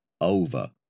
Over